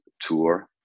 tour